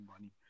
money